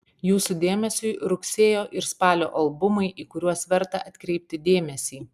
jūsų dėmesiui rugsėjo ir spalio albumai į kuriuos verta atkreipti dėmesį